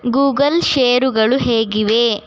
Google ಶೇರುಗಳು ಹೇಗಿವೆ